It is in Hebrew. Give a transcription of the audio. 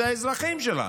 אלה האזרחים שלנו.